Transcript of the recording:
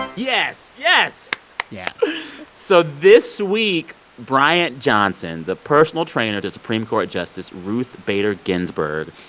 yes, yes yeah so this week, bryant johnson, the personal trainer to supreme court justice ruth bader ginsburg,